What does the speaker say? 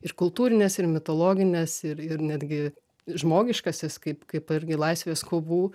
ir kultūrines ir mitologines ir ir netgi žmogiškąsias kaip kaip irgi laisvės kovų